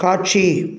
காட்சி